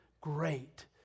Great